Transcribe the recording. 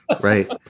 right